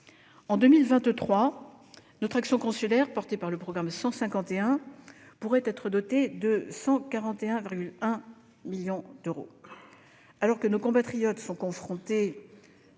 En 2023, notre action consulaire, portée par le programme 151, pourrait être dotée de 141,1 millions d'euros. Alors que nos compatriotes sont confrontés